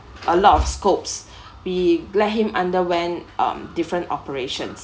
a lot of scopes we let him underwent um different operations